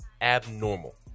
abnormal